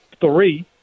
three